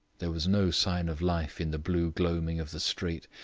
there was no sign of life in the blue gloaming of the street,